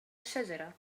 الشجرة